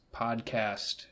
podcast